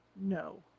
No